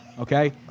Okay